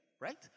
Right